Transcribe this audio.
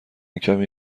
کمی